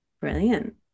Brilliant